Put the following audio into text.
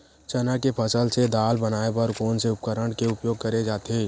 चना के फसल से दाल बनाये बर कोन से उपकरण के उपयोग करे जाथे?